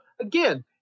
again